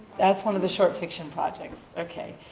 that's one of the short fiction projects, okay.